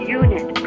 unit